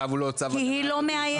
כי היא לא מאיימת.